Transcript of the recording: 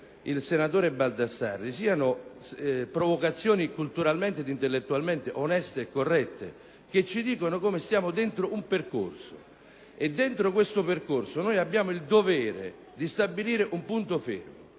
il senatore Baldassarri siano provocazioni culturalmente ed intellettualmente oneste e corrette che ci dicono come siamo dentro un percorso, nel quale abbiamo il dovere di stabilire un punto fermo